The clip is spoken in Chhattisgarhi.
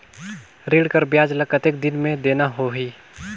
ऋण कर ब्याज ला कतेक दिन मे देना होही?